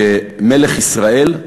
כמלך ישראל,